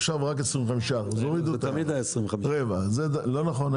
עכשיו רק 25%. זה תמיד היה 25%. לא נכון,